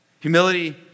Humility